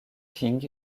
king